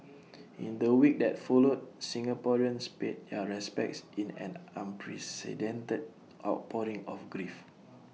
in the week that followed Singaporeans paid their respects in an unprecedented outpouring of grief